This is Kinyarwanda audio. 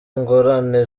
ngorane